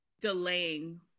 delaying